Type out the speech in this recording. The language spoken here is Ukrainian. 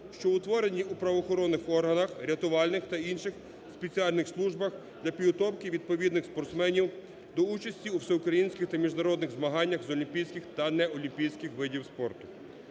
що утворені у правоохоронних органах, рятувальних та інших спеціальних службах для підготовки відповідних спортсменів до участі у всеукраїнських та міжнародних змаганнях з олімпійських та неолімпійських видів спорту.